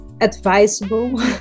advisable